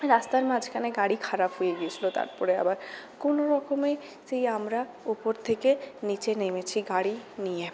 রাস্তার মাঝখানে গাড়ি খারাপ হয়ে গিয়েছিল তারপরে আবার কোনোরকমে সেই আমরা উপর থেকে নীচে নেমেছি গাড়ি নিয়ে